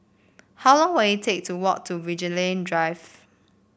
how long will it take to walk to Vigilante Drive